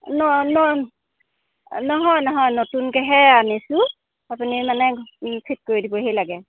নহয় নহয় নহয় নহয় নতুনকৈহে আনিছোঁ আপুনি মানে ঠিক কৰি দিবহি লাগে